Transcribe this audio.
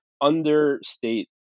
understate